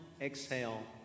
exhale